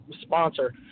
sponsor